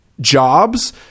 jobs